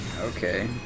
Okay